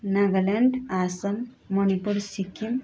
Nagaland Assam Manipur Sikkim